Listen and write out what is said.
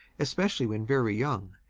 especially when very young,